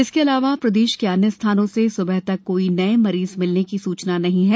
इसके अलावा प्रदेश के अन्य स्थानों से सुबह तक कोई नए मरीज मिलने की सूचना नहीं है